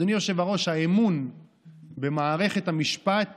אדוני היושב-ראש, האמון במערכת המשפט